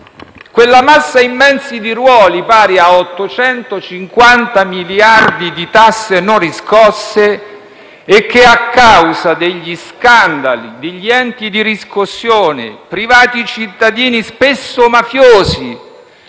quella massa immensa di ruoli, pari a 850 miliardi di tasse non riscosse che, a causa degli scandali degli enti di riscossione, privati cittadini, spesso mafiosi,